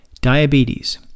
diabetes